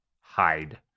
hide